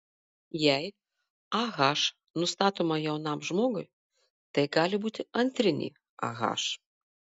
jei ah nustatoma jaunam žmogui tai gali būti antrinė ah